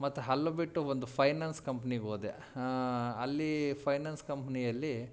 ಮತ್ತು ಅಲ್ಲು ಬಿಟ್ಟು ಒಂದು ಫೈನಾನ್ಸ್ ಕಂಪ್ನಿಗೆ ಹೋದೆ ಅಲ್ಲೀ ಫೈನಾನ್ಸ್ ಕಂಪ್ನಿಯಲ್ಲಿ